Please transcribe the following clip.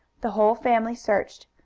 the whole family searched.